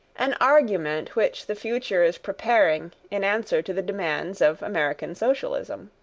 an argument which the future is preparing in answer to the demands of american socialism.